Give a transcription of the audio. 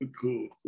cool